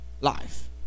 life